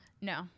No